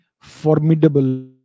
formidable